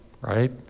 right